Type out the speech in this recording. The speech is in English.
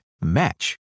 match